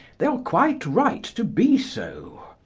they are quite right to be so.